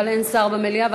אבל אין שר במליאה,